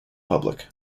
public